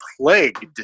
plagued